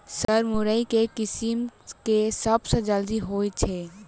Sir मुरई केँ किसिम केँ सबसँ जल्दी होइ छै?